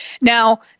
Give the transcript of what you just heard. Now